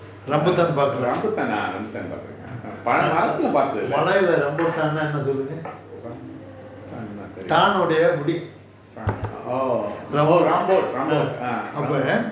rambutan ah rambutan பாத்துருக்கிறேன் மரத்துல பாத்ததில்ல:paathurukiraen marathula paathathilla oh ramput~ rambut~